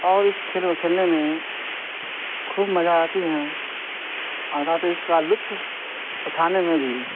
اور اس کھیل کو کھیلنے میں خوب مزہ آتی ہیں اور ساتھ ہی اس کا لطف اٹھانے میں بھی